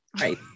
Right